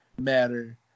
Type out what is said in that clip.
Matter